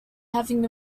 having